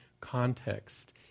context